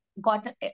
got